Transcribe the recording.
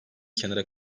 kenara